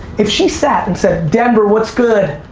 if she sat and said denver, what's good?